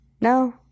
No